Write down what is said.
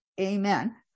amen